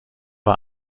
war